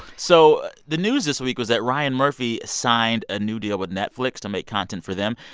so the news this week was that ryan murphy signed a new deal with netflix to make content for them.